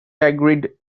agreed